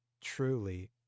truly